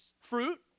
Fruit